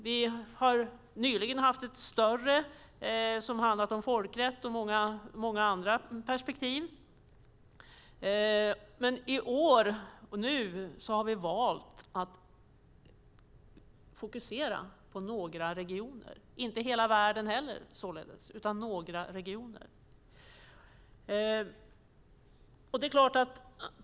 Vi har nyligen haft ett större betänkande om folkrätt och många andra perspektiv, men vi har nu valt att fokusera inte på hela världen utan på några regioner.